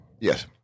Yes